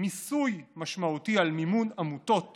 מיסוי משמעותי על מימון עמותות